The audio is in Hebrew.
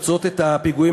כולם.